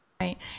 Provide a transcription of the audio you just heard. Right